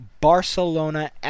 Barcelona